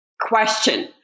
question